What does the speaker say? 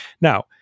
Now